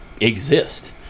exist